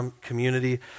community